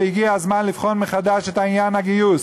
והגיע הזמן לבחון מחדש את עניין הגיוס.